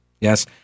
Yes